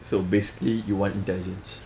so basically you want intelligence